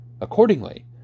Accordingly